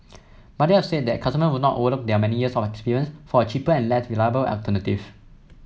but they said that customer would not overlook their many years of experience for a cheaper and less reliable alternative